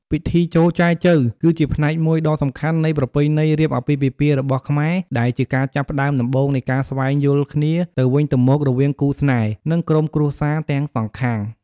ពិធីចូលចែចូវ គឺជាផ្នែកមួយដ៏សំខាន់នៃប្រពៃណីរៀបអាពាហ៍ពិពាហ៍របស់ខ្មែរ ដែលជាការចាប់ផ្ដើមដំបូងនៃការស្វែងយល់គ្នាទៅវិញទៅមករវាងគូស្នេហ៍ និងក្រុមគ្រួសារទាំងសងខាង។